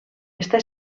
està